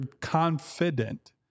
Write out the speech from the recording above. confident